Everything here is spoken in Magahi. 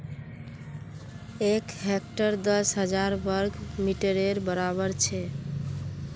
एक हेक्टर दस हजार वर्ग मिटरेर बड़ाबर छे